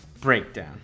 breakdown